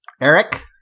Eric